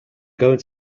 going